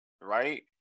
right